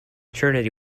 trinity